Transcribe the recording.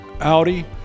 Audi